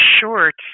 short